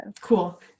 Cool